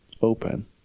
open